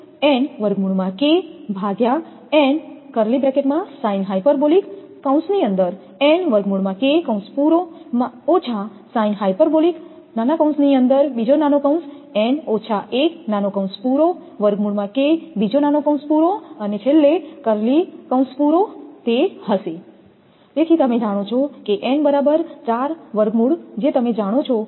તેથી તમે જાણો છો કે n બરાબર 4 વર્ગમૂળ જે તમે જાણો છો n એ 4 છે